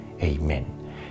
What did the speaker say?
Amen